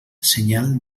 senyal